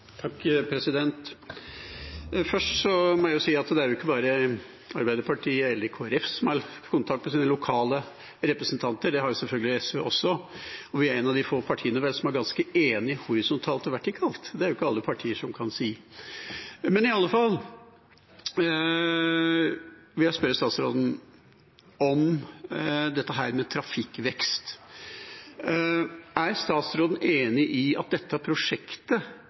jo ikke bare Arbeiderpartiet eller Kristelig Folkeparti som har kontakt med sine lokale representanter. Det har selvfølgelig SV også, og vi er et av de få partiene som er ganske enige horisontalt og vertikalt. Det er det jo ikke alle partier som kan si. Men i alle fall vil jeg spørre statsråden om dette med trafikkvekst: Er statsråden enig i at dette prosjektet